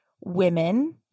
women